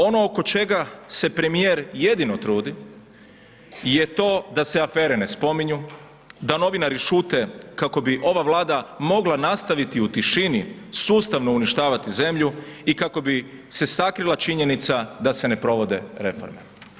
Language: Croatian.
Ono oko čega se premijer jedino trudi je to da se afere ne spominju, da novinari šute kako bi ova Vlada mogla nastaviti u tišini sustavno uništavati zemlju i kako bi se sakrila činjenica da se ne provode reforme.